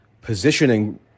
positioning